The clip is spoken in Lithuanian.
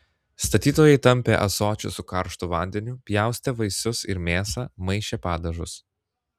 statytojai tampė ąsočius su karštu vandeniu pjaustė vaisius ir mėsą maišė padažus